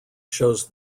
shows